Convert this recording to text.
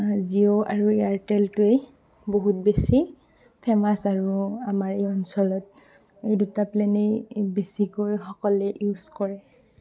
জিঅ' আৰু এয়াৰটেলটোৱেই বহুত বেছি ফেমাছ আৰু আমাৰ এই অঞ্চলত দুটা প্লেনেই বেছিকৈ সকলোৱে ইউজ কৰে